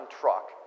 truck